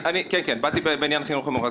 כן, באתי בעניין החינוך המיוחד.